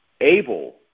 Able